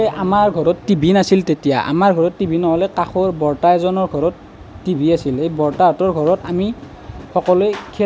তেনেকে আমাৰ ঘৰত টিভি নাছিল তেতিয়া আমাৰ ঘৰত টিভি নহ'লে কাষৰ বৰতা এজনৰ ঘৰত টিভি আছিলে বৰতাহঁতৰ ঘৰত আমি